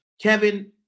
Kevin